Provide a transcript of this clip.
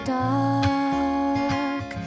dark